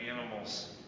animals